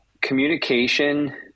communication